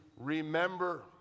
remember